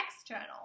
external